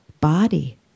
body